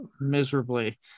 miserably